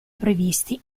previsti